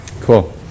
Cool